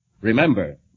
Remember